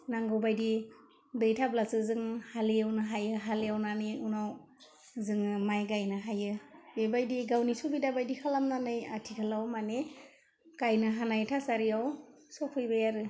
नांगौ बायदि दै थाब्लासो जों हालेवनो हायो हालेवनानै उनाव जोङो माइ गाइनो हायो बेबायदि गावनि सुबिदा बायदि खालामनानै आथिखालाव माने गाइनो हानाय थासारियाव सफैबाय आरो